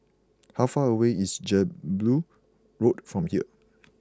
how far away is Jelebu Road from here